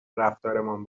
رفتارمان